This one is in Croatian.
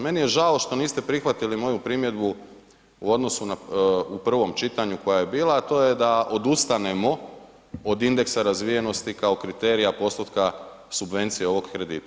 Meni je žao što niste prihvatili moju primjedbu u odnosu na prvom čitanju koja je bila a to je da odustanemo od indeksa razvijenosti kao kriterija, postotka subvencije ovog kredita.